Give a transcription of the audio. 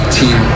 team